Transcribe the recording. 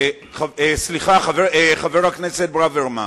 סליחה, חבר הכנסת ברוורמן,